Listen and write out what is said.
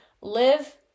live